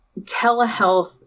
telehealth